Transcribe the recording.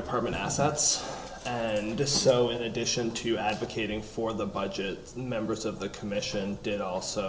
department assets and just so addition to advocating for the budgets the members of the commission did also